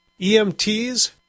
EMTs